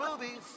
movies